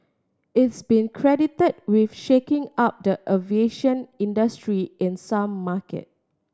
it's been credited with shaking up the aviation industry in some market